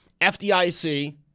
FDIC